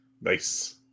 Nice